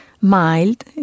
mild